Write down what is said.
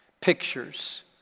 pictures